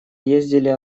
ездили